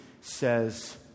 says